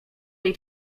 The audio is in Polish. tej